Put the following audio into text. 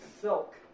silk